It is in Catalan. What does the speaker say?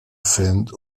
fent